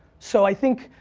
so i think,